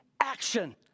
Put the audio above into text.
action